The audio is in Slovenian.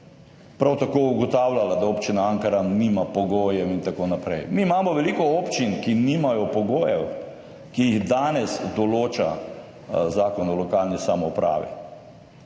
prav tako ugotavljala, da Občina Ankaran nima pogojev in tako naprej. Mi imamo veliko občin, ki nimajo pogojev, ki jih danes določa Zakon o lokalni samoupravi.